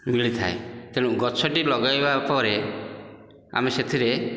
ମିଳିଥାଏ ତେଣୁ ଗଛଟି ଲଗାଇବା ପରେ ଆମେ ସେଥିରେ